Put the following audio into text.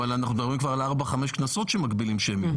אנחנו מדברים כבר על 4-5 כנסות שמגבילים שמיות.